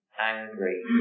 angry